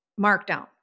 markdown